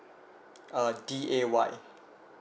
uh D A Y